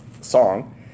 song